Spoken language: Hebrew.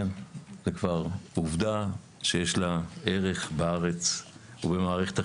זו כבר עובדה שיש לה ערך בארץ ובמערכת החינוך.